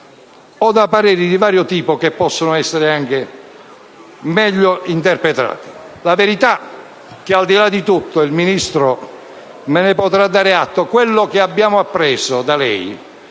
o da pareri di vario tipo che possono essere anche meglio interpretati. La verità è che, al di là di tutto (il Ministro me ne potrà dare atto), abbiamo appreso da lei